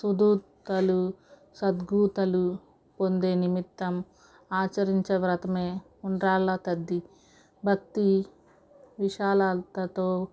సద్గతులు సద్గతులు పొందే నిమిత్తం ఆచరించే వ్రతమే ఉండ్రాళ్ళ తద్ది భక్తి విశాలతతో